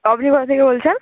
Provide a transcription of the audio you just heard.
আপনি কোথা থেকে বলছেন